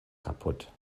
kaputt